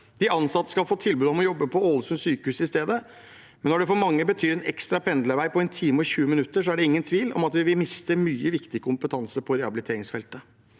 De ansatte skal få tilbud om å jobbe på Ålesund sykehus i stedet, men når det for mange betyr en ekstra pendlervei på 1 time og 20 minutter, er det ingen tvil om at vi vil miste mye viktig kompetanse på rehabiliteringsfeltet.